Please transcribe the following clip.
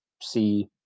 see